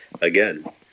again